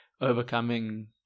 overcoming